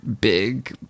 big